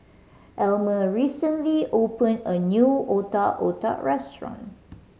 Almer recently opened a new Otak Otak restaurant